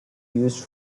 used